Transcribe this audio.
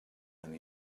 and